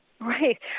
Right